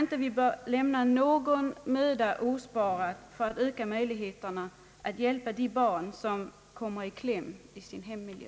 Vi bör inte lämna någon möda osparad för att öka möjligheterna att hjälpa de barn som kommer i kläm i sin hemmiljö.